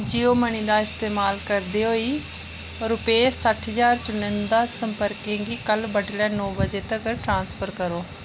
Jio money दा इस्तेमाल करदे होई रुपये सट्ठ ज्हार चुनिंदा संपर्कें गी कल्ल बडलै नौ बजे तगर ट्रांसफर करो